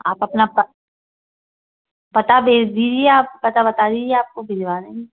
आप अपना पता पता भेज दीजिए आप पता बता दीजिए आपको भिजवा देंगें